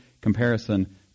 comparison